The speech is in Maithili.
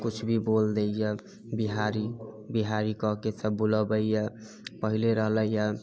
किछु भी बोल दैया बिहारी बिहारी कहके सभ बुलबैया पहले रहले यऽ